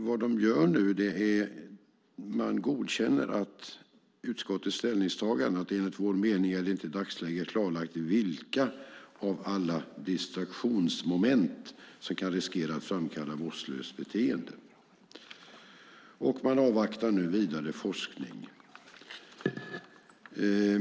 Vad man gör nu är nämligen att godkänna utskottets ställningstagande om att det i dagsläget inte är klarlagt vilka av alla distraktionsmoment som kan riskera att framkalla vårdslöst beteende. Man avvaktar vidare forskning.